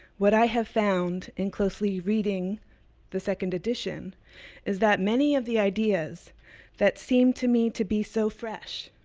what i have found in closely reading the second edition is that many of the ideas that seem to me to be so fresh,